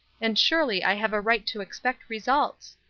and surely i have a right to expect results.